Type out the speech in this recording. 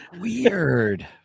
Weird